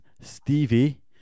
Stevie